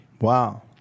Wow